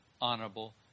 honorable